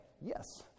yes